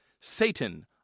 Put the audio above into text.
Satan